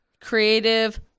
creative